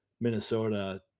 Minnesota